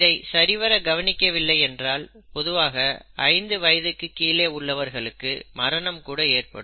இதை சரிவர கவனிக்க வில்லை என்றால் பொதுவாக ஐந்து வயதுக்குக் கீழே உள்ளவர்களுக்கு மரணம் கூட ஏற்படும்